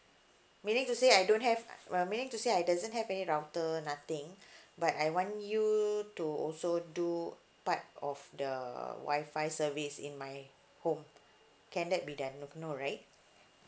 meaning to say I don't have uh ma~ meaning to say I doesn't have any router nothing but I want you to also do part of the Wi-Fi service in my home can that be done no no right